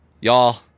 Y'all